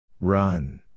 Run